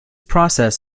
process